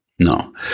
No